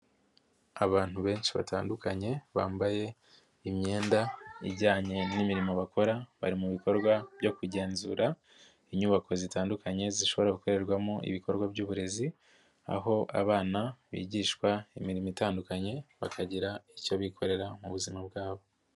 Abantu benshi batandukanye bambaye imyenda ijyanye n'imirimo bakora, bari mu bikorwa byo kugenzura inyubako zitandukanye zishobora gukorerwamo ibikorwa by'uburezi, aho abana bigishwa imirimo itandukanye bakagira icyo bikorera mu buzima bwabo.